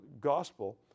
gospel